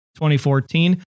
2014